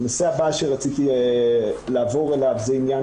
הנושא הבא שרציתי לעבור עליו זה עניין